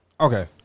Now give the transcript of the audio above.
Okay